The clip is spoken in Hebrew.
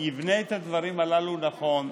שיבנה את הדברים הללו נכון,